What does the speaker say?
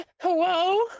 hello